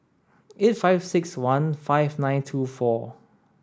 eight five six one five nine two four